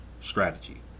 strategy